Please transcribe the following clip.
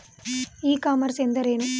E commerce ಎಂದರೆ ಏನು?